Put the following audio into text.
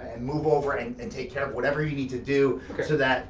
and move over and and take care of whatever you need to do, so that,